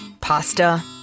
Pasta